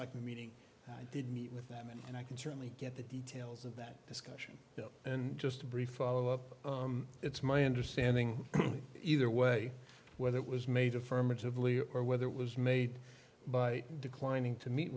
like meeting i did meet with them and i can certainly get the details of that discussion and just briefly it's my understanding either way whether it was made affirmatively or whether it was made by declining to meet